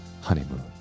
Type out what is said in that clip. honeymoon